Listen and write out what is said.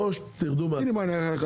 או שתרדו מההצבעה,